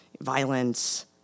violence